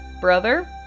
brother